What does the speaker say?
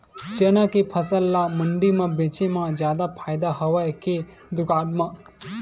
चना के फसल ल मंडी म बेचे म जादा फ़ायदा हवय के दुकान म?